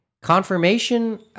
confirmation